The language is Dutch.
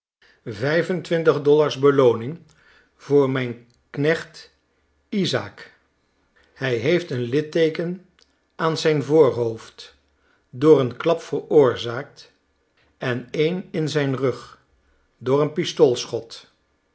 en twintig dollars belooning voor mijn knecht isaac hij heeft een litteeken aan zijn voorhoofd door een klap veroorzaakt en een in zijn rug door een